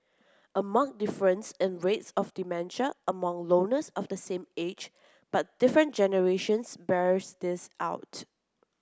a marked difference in rates of dementia among loners of the same age but different generations bears this out